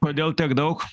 kodėl tiek daug